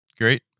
Great